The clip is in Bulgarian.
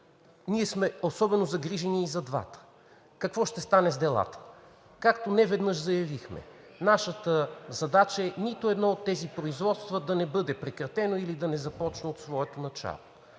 Ние сме особено загрижени и за двата. Какво ще стане с делата? Както неведнъж заявихме, нашата задача е нито едно от тези производства да не бъде прекратено или да не започне от своето начало.